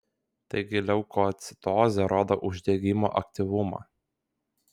taigi leukocitozė rodo uždegimo aktyvumą